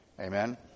Amen